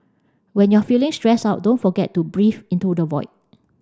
when you are feeling stressed out don't forget to breathe into the void